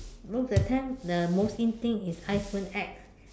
no that time the most in thing is iPhone X